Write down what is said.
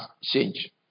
change